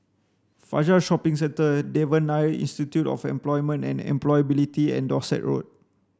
Fajar Shopping Centre Devan Nair Institute of Employment and Employability and Dorset Road